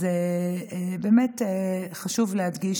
באמת חשוב להדגיש